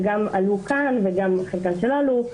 שגם עלו כאן וחלקן גם לא עלו,